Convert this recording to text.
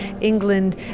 England